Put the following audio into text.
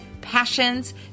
passions